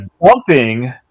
Bumping